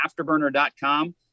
afterburner.com